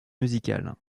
musicales